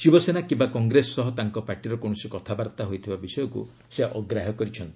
ଶିବସେନା କିମ୍ବା କଂଗ୍ରେସ ସହ ତାଙ୍କ ପାର୍ଟିର କୌଣସି କଥାବାର୍ତ୍ତା ହୋଇଥିବା ବିଷୟକ୍ତ ସେ ଅଗ୍ରାହ୍ୟ କରିଛନ୍ତି